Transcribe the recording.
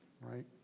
right